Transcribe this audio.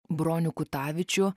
bronių kutavičių